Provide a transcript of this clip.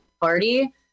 party